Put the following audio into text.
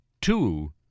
two